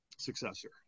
successor